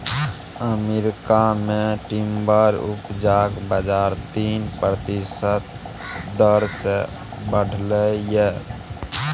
America मे timber उपजाक बजार तीन प्रतिशत दर सँ बढ़लै यै